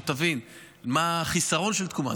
שתבין מה החיסרון של תקומה.